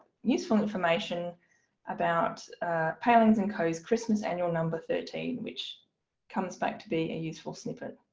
useful information about palings and co. christmas annual number thirteen, which comes back to be a useful snippet.